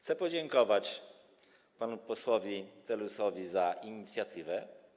Chcę podziękować panu posłowi Telusowi za inicjatywę.